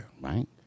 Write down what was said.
Right